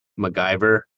macgyver